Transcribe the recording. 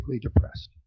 depressed